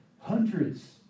hundreds